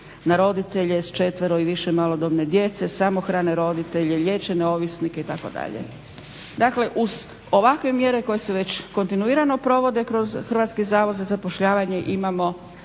na roditelje s četvero i više malodobne djece, samohrane roditelje, liječene ovisnike itd. Dakle, uz ovakve mjere koje se već kontinuirano provode kroz Hrvatski zavod za zapošljavanje imamo